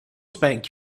spank